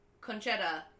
Conchetta